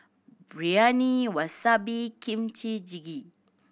Biryani Wasabi Kimchi Jjigae